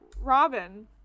Robin